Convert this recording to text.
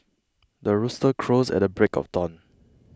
the rooster crows at the break of dawn